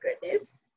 goodness